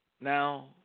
Now